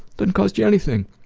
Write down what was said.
doesn't cost you anything.